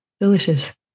delicious